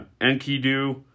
Enkidu